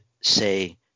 say